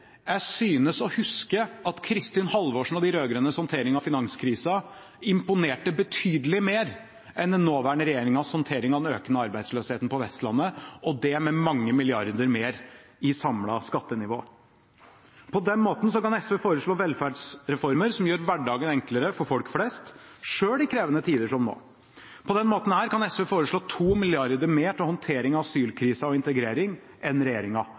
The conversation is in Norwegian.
jeg synes å huske at Kristin Halvorsen og de rød-grønnes håndtering av finanskrisen imponerte betydelig mer enn den nåværende regjeringens håndtering av den økende arbeidsløsheten på Vestlandet, og det med mange milliarder mer i samlet skattenivå. På den måten kan SV foreslå velferdsreformer som gjør hverdagen enklere for folk flest, selv i krevende tider som nå. På denne måten kan SV foreslå 2 mrd. kr mer til håndtering av asylkrisen og integrering enn